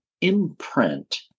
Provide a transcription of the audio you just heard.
imprint